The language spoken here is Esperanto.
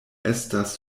estas